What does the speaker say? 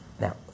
Now